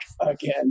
again